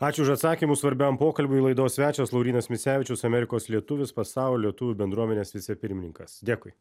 ačiū už atsakymus svarbiam pokalbiui laidos svečias laurynas misevičius amerikos lietuvis pasaulio lietuvių bendruomenės vicepirmininkas dėkui